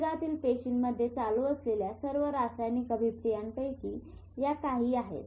शरीरातील पेशींमध्ये चालू असलेल्या सर्व रासायनिक अभिक्रियांपैकी या काही आहेत